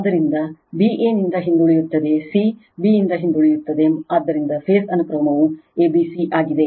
ಆದ್ದರಿಂದ b a ನಿಂದ ಹಿಂದುಳಿಯುತ್ತದೆ c b ಯಿಂದ ಹಿಂದುಳಿಯುತ್ತದೆ ಆದ್ದರಿಂದ ಫೇಸ್ ಅನುಕ್ರಮವು a b c ಆಗಿದೆ